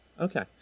okay